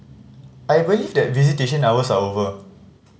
I believe that visitation hours are over